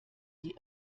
die